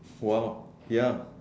!wow! ya